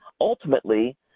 ultimately